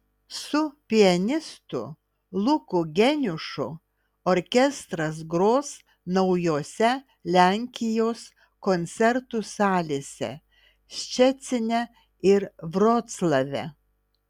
su pianistu luku geniušu orkestras gros naujose lenkijos koncertų salėse ščecine ir vroclave